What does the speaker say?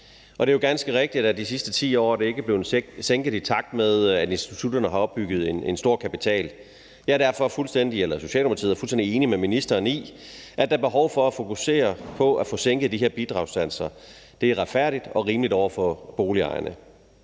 Det er jo ganske rigtigt, at de i de sidste 10 år ikke er blevet sænket, i takt med at institutterne har opbygget en stor kapital. Socialdemokratiet er derfor fuldstændig enig med ministeren i, at der er behov for at fokusere på at få sænket de her bidragssatser. Det er retfærdigt og rimeligt over for boligejerne.